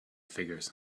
figures